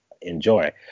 enjoy